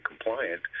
compliant